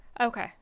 Okay